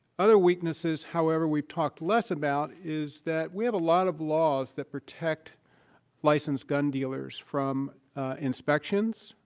other weaknesses, however, we've talked less about is that we have a lot of laws that protect licensed gun dealers from inspections,